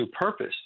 purpose